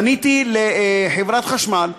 פניתי לחברת חשמל,